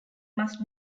must